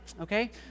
okay